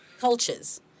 cultures